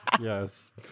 Yes